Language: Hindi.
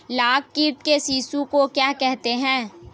लाख कीट के शिशु को क्या कहते हैं?